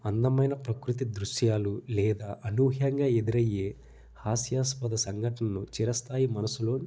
అందమైన ప్రకృతి దృశ్యాలు లేదా అనూహ్యంగా ఎదురయ్యే హాస్యాస్పద సంఘటనను చిరస్తాయి మనసులో